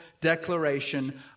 declaration